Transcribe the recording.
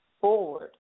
forward